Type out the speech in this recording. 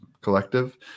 Collective